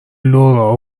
لورا